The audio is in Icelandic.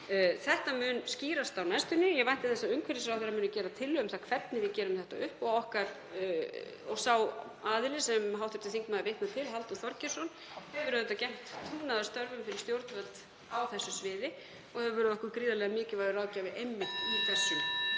þetta mun skýrast á næstunni og ég vænti þess að umhverfisráðherra muni gera tillögu um það hvernig við gerum þetta upp og sá aðili sem hv. þingmaður vitnar til, Halldór Þorgeirsson, hefur auðvitað gegnt trúnaðarstörfum fyrir stjórnvöld á þessu sviði og hefur verið okkur gríðarlega mikilvægur ráðgjafi einmitt í þessum